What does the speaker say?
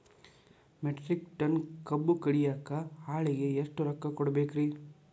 Metric ton ಕಬ್ಬು ಕಡಿಯಾಕ ಆಳಿಗೆ ಎಷ್ಟ ರೊಕ್ಕ ಕೊಡಬೇಕ್ರೇ?